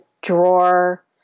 drawer